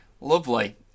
Lovely